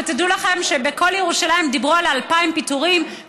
ותדעו לכם שבכל ירושלים דיברו על פיטורים של 2,000,